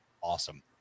awesome